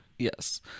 Yes